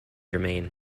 remain